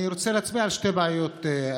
אני רוצה להצביע על שתי בעיות עיקריות.